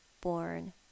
born